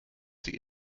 die